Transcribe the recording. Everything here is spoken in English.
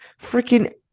Freaking